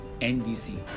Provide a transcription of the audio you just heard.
ndc